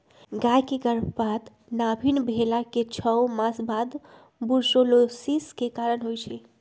गाय के गर्भपात गाभिन् भेलाके छओ मास बाद बूर्सोलोसिस के कारण होइ छइ